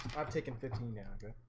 i've taken fifteen, yeah